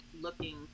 looking